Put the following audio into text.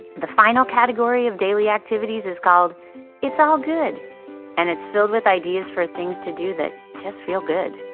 the final category of daily activities is called it's all good and it's filled with ideas for things to do that just feel good.